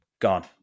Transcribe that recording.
gone